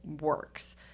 works